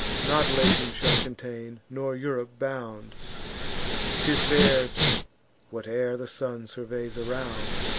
not latium shall contain, nor europe bound t is theirs whate'er the sun surveys around.